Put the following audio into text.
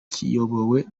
kiyobowe